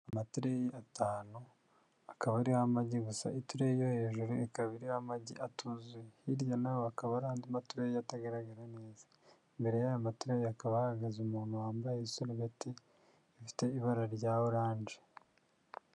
Amatureyi atanu akaba ariho amagi gusa, itureyi yo hejuru ikaba iriho amagi atuzuye, hirya naho hakaba hari andi matureyi atagaragara neza. Imbere y'aya ma tureyi hakaba hahagaze umuntu wambaye isurubeti ifite ibara rya orange.